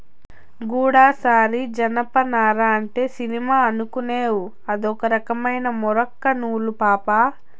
గూడసారి జనపనార అంటే సినిమా అనుకునేవ్ అదొక రకమైన మూరొక్క నూలు పాపా